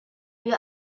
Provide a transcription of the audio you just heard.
you